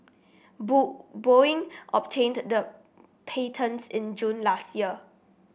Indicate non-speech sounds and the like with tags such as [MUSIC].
[UNINTELLIGIBLE] Boeing obtained the patents in June last year